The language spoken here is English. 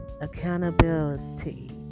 Accountability